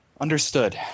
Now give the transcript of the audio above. Understood